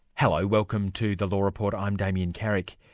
hello, welcome to the law report i'm damien carrick.